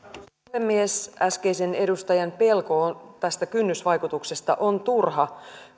puhemies äskeisen edustajan pelko tästä kynnysvaikutuksesta on turha